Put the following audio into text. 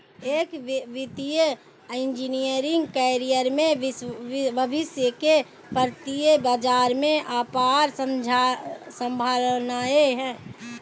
एक वित्तीय engineering career में भविष्य के वित्तीय बाजार में अपार संभावनाएं हैं